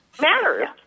matters